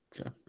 Okay